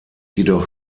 jedoch